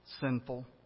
sinful